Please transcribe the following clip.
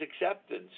acceptance